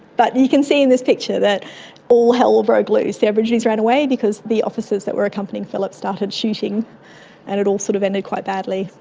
but you can see in this picture that all hell broke loose, the aborigines ran away because the officers that were accompanying phillip started shooting and it all sort of ended quite badly.